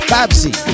Babsy